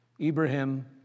Ibrahim